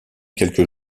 quelques